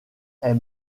est